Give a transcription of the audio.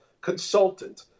consultant